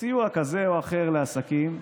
סיוע כזה או אחר לעסקים,